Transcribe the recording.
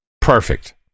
Perfect